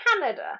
Canada